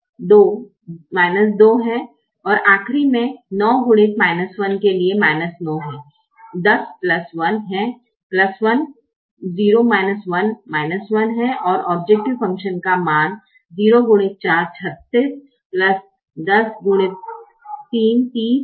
और आख़री मे 9x के लिए 9 है 10x1 10 1 है और औब्जैकटिव फंकशन का मान 3630 66 है जो 66 है